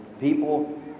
people